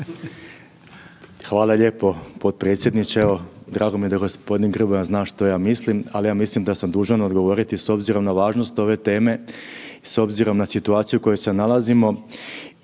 Hvala lijepo potpredsjedniče. Evo drago mi je da gospodin Grmoja zna što ja mislim, ali ja mislim da sam dužan odgovoriti s obzirom na važnost ove teme i s obzirom na situaciju u kojoj se nalazimo.